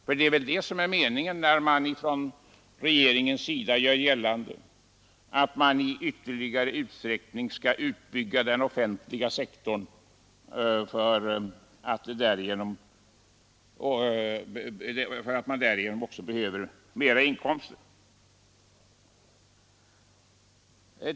För det är väl det som är meningen när man från regeringens sida talar om att man i ökad utsträckning skall utbygga den offentliga sektorn och därmed också behöver mera inkomster?